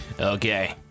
Okay